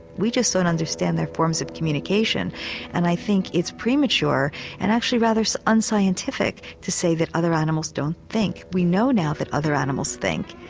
we just don't understand their forms of communication and i think it's premature and actually rather so unscientific to say that other animals don't think. we know now that other animals think,